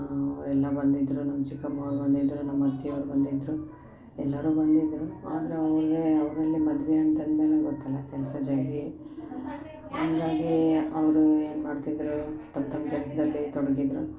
ಅವರೆಲ್ಲ ಬಂದಿದ್ದರು ನಮ್ಮ ಚಿಕಮ್ಮ ಅವ್ರು ಬಂದಿದ್ದರು ನಮ್ಮ ಅಜ್ಜಿ ಅವ್ರು ಬಂದಿದ್ದರು ಎಲ್ಲರು ಬಂದಿದ್ದರು ಆದರೆ ಅವರಿಗೆ ಅವರಲ್ಲಿ ಮದುವೆ ಅಂತಂದ ಮೇಲು ಗೊತ್ತಲ್ಲ ಕೆಲಸ ಜಗ್ಗಿ ಹಂಗಾಗೇ ಅವರು ಏನು ಮಾಡ್ತಿದ್ದರು ದೊಡ್ಡ ದೊಡ್ಡ ಕೆಲ್ಸ್ದಲ್ಲಿ ತೊಡಗಿದ್ದರು